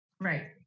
Right